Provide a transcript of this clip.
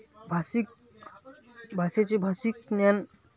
भाषिक भाषेचे भाषिक ज्ञान